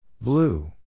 Blue